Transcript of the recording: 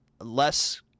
less